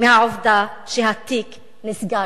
מהעובדה שהתיק נסגר.